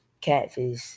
catfish